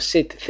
Sit